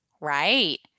right